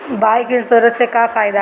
Bike insurance से का फायदा बा?